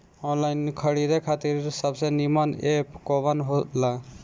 Online खरीदे खातिर सबसे नीमन एप कवन हो ला?